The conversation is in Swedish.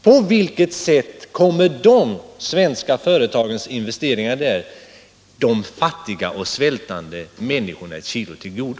På vilket sätt kommer de svenska företagens investeringar där de fattiga och svältande människorna i Chile till godo?